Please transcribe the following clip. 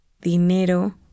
dinero